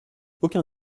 aucun